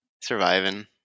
Surviving